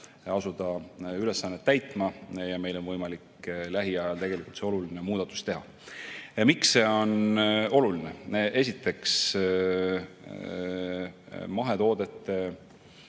asuda ülesannet täitma ja meil on võimalik lähiajal see oluline muudatus teha. Miks see on oluline? Esiteks, mahetoodangu